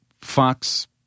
fox